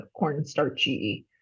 cornstarchy